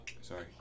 sorry